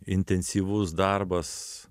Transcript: intensyvus darbas